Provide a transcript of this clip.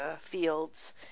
fields